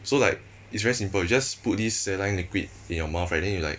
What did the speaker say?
so like it's very simple just put this saline liquid in your mouth then you like